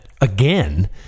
again